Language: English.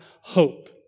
hope